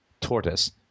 tortoise